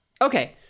Okay